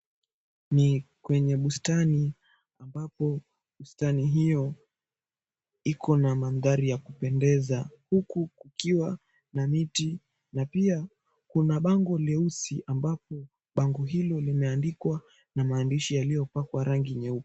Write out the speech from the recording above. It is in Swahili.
Ni kwenye bustani ambapo bustani hiyo iko na mandhari ya kupendeza huku kukiwa na miti na pia kuna bango leusi ambapo bango hilo limeandikwa na maandishi yaliyopakwa rangi nyeupe.